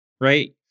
Right